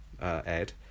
Ed